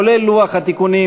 כולל לוח התיקונים,